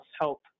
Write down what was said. help